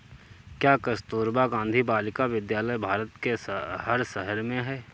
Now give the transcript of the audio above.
क्या कस्तूरबा गांधी बालिका विद्यालय भारत के हर शहर में है?